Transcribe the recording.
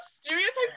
stereotypes